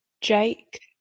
jake